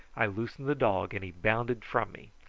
i loosened the dog and he bounded from me.